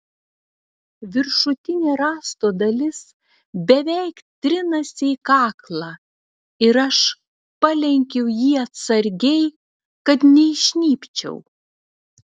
viršutinė rąsto dalis beveik trinasi į kaklą ir aš palenkiu jį atsargiai kad neįžnybčiau